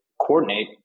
coordinate